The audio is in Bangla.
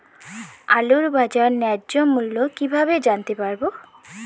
আলুর বাজার ন্যায্য মূল্য কিভাবে জানতে পারবো?